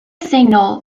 signal